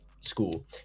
school